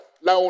la